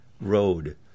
road